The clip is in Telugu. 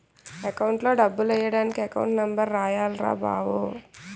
అకౌంట్లో డబ్బులెయ్యడానికి ఎకౌంటు నెంబర్ రాయాల్రా బావో